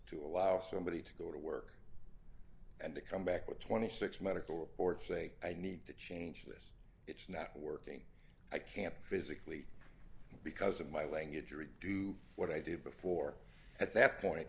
to allow somebody to go to work and to come back with twenty six medical reports say i need to change this it's not working i can't physically because of my language or you do what i did before at that point